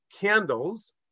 candles